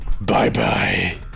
Bye-bye